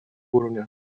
уровня